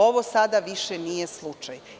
Ovo sada više nije slučaj.